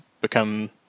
become